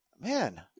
man